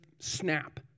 snap